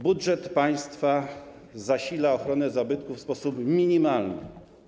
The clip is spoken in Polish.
Budżet państwa zasila ochronę zabytków w sposób minimalny.